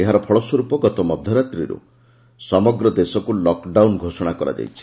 ଏହାର ଫଳସ୍ୱର୍ପ ଗତ ମଧ୍ୟରାତ୍ରିରୁ ସମଗ୍ର ଦେଶକୁ ଲକ୍ଡାଉନ୍ ଘୋଷଣା କରାଯାଇଛି